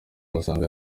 basanga